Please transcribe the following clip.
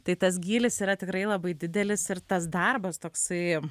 tai tas gylis yra tikrai labai didelis ir tas darbas toksai